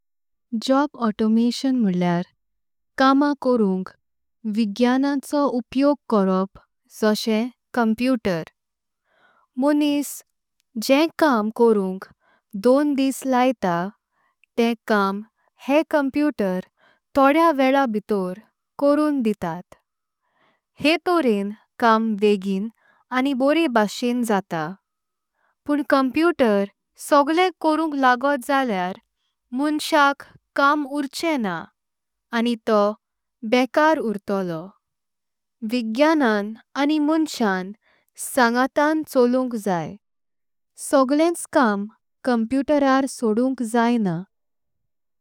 Job automation म्होळ्ल्यार कामा कोरुंक विज्ञानाचो। उपयोग कोरोप जाशे कॉम्प्युटर मोनिस जेम कामा। कोरुंक दोन दिसं लायता तें काम हें कॉम्प्युटर तोंडया। वेळा भितर कोरोन दितात हें तॉरें काम वेगीं आनी बोरे। भाषेण जात पण कॉम्प्युटर सगळें कोरुंक लागत जाल्यार। माणसाक काम उरचें ना आनी तो बेकार उर्तलो। विज्ञानान आनी माणसां संघटन चलुंक जाई। सगळेंच काम कॉम्प्युटरार सोडुंक जायना।